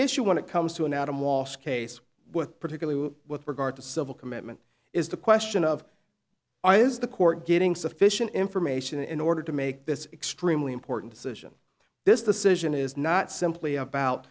issue when it comes to an adam walsh case with particularly with regard to civil commitment is the question of i is the court getting sufficient information in order to make this extremely important decision this the situation is not simply about